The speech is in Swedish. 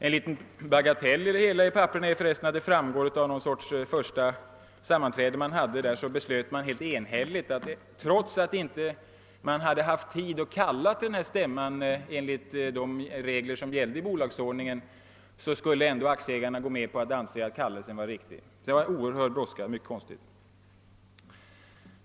En liten bagatell är att man vid det första sammanträdet beslöt att trots att det inte funnits tid att kalla till stämman enligt de regler som gällde i bolagsordningen så skulle aktieägarna ändå anse att kallelsen var riktig. Det var en oerhörd brådska — mycket konstigt.